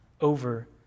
over